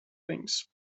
things